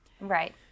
right